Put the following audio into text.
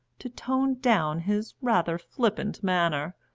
to tone down his rather flippant manner,